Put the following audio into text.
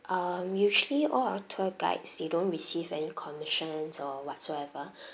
um usually all our tour guides they don't receive any commissions or whatsoever